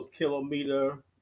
Kilometer